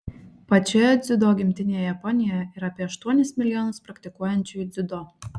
pačioje dziudo gimtinėje japonijoje yra apie aštuonis milijonus praktikuojančiųjų dziudo